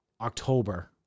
October